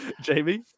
Jamie